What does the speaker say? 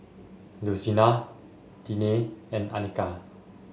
Lucina Tiney and Anika